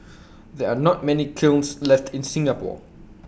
there are not many kilns left in Singapore